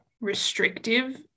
restrictive